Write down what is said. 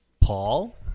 Paul